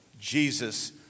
Jesus